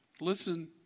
Listen